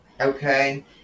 Okay